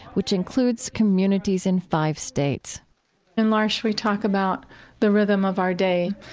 which includes communities in five states in l'arche we talk about the rhythm of our day,